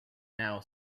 now